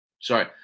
sorry